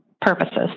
purposes